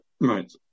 Right